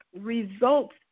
results